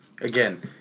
Again